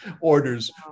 orders